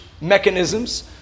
mechanisms